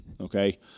Okay